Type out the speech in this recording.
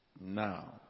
Now